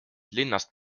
linnast